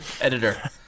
Editor